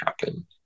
happen